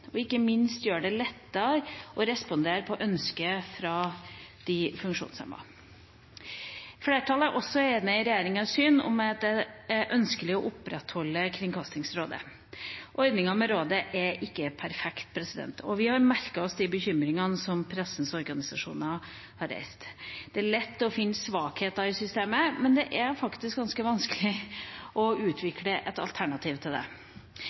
og ikke minst blir det lettere å respondere på ønsker fra de funksjonshemmede. Flertallet er også enig i regjeringas syn om at det er ønskelig å opprettholde Kringkastingsrådet. Ordningen med rådet er ikke perfekt, og vi har merket oss de bekymringene som pressens organisasjoner har reist. Det er lett å finne svakheter i systemet, men det er faktisk ganske vanskelig å utvikle et alternativ til det.